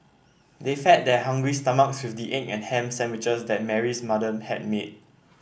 they fed their hungry stomachs with the egg and ham sandwiches that Mary's mother had made